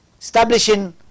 Establishing